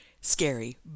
scary